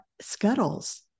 scuttles